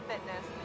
fitness